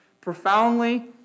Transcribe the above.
profoundly